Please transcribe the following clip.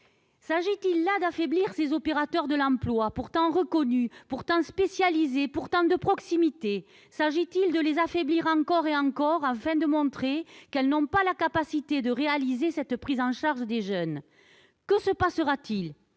S'agit-il là d'affaiblir ces opérateurs de l'emploi, pourtant reconnus, pourtant spécialisés, pourtant de proximité ? S'agit-il de les affaiblir encore et encore, afin de montrer qu'ils n'ont pas la capacité de réaliser cette prise en charge des jeunes ? Que se passera-t-il ?,